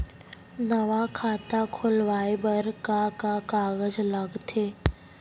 नवा खाता खुलवाए बर का का कागज लगथे?